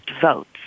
votes